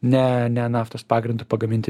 ne ne naftos pagrindu pagaminti